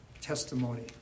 testimony